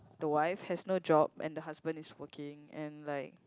the wife has no job and the husband is working and like